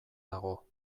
dago